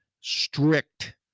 strict